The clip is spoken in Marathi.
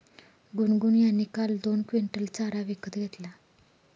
गुनगुन यांनी काल दोन क्विंटल चारा विकत घेतला